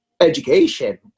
education